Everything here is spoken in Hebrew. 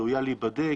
ראויה להיבדק,